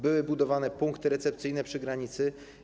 Były budowane punkty recepcyjne przy granicy.